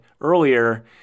earlier